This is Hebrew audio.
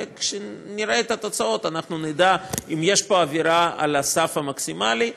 כשנראה את התוצאות אנחנו נדע אם יש פה עבירה על הסף המקסימלי.